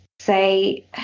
Say